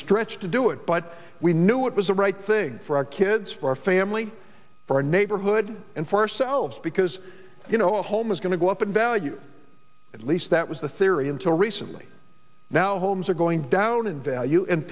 stretch to do it but we knew it was the right thing for our kids for our family for a neighborhood and for ourselves because you know a home is going to go up in value at least that was the theory until recently now homes are going down in value and